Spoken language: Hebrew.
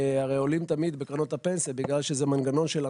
בקרנות הפנסיה,